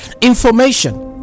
information